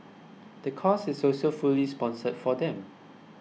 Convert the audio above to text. the course is also fully sponsored for them